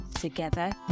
Together